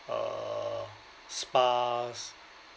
uh spas